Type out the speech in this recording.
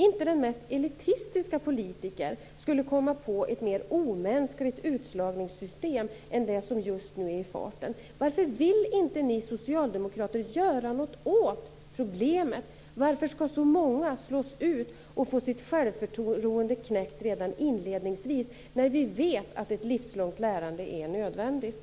Inte ens den mest elitistiske politiker skulle komma på ett mer omänskligt utslagningssystem än det som just nu är i farten. Varför vill inte ni socialdemokrater göra något åt problemet? Varför skall så många slås ut och få sitt självförtroende knäckt redan inledningsvis? Vi vet ju att ett livslångt lärande är nödvändigt.